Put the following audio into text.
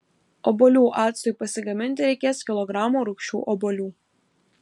obuolių actui pasigaminti reikės kilogramo rūgščių obuolių